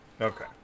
Okay